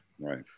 right